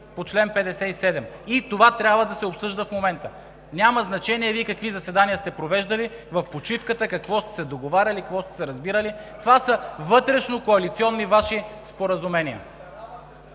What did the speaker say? по чл. 57 и това трябва да се обсъжда в момента. Няма значение какви заседания сте провеждали в почивката, какво сте се договаряли, какво сте се разбирали. Това са Ваши вътрешнокоалиционни споразумения.